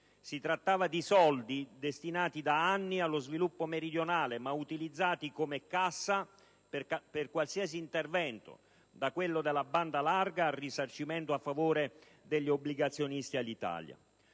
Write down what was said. Si trattava di soldi destinati da anni allo sviluppo meridionale, ma utilizzati come cassa per qualsiasi intervento, da quello della banda larga al risarcimento a favore degli obbligazionisti Alitalia.